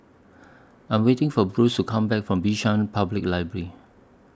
I Am waiting For Bruce to Come Back from Bishan Public Library